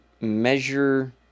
measure